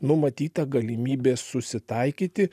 numatyta galimybė susitaikyti